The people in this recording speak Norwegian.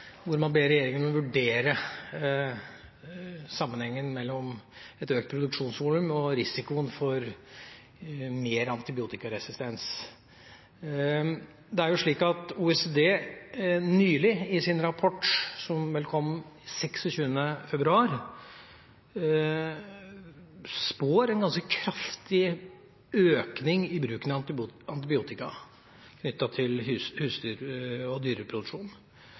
hvor man ber regjeringen vurdere sammenhengen mellom et økt produksjonsvolum og risikoen for mer antibiotikaresistens: Det er jo slik at OECD i sin nylige rapport – som vel kom 26. februar – spår en ganske kraftig økning i bruken av antibiotika knyttet til husdyr og dyreproduksjon